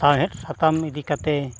ᱥᱟᱶᱦᱮᱫ ᱥᱟᱠᱟᱢ ᱤᱫᱤ ᱠᱟᱛᱮᱫ